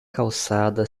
calçada